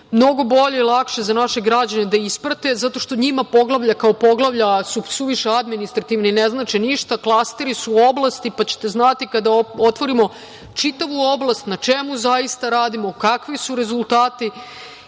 mnogo bolje i lakše za naše građane da isprate, zato što njima poglavlja, kao poglavlja, su suviše administrativni i ne znače ništa. Klasteri su oblasti, pa ćete znati kada otvorimo čitavu oblast na čemu zaista radimo, kakvi su rezultati